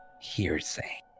hearsay